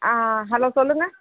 ஆ hello சொல்லுங்கள்